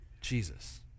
Jesus